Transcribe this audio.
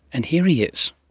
and here he is.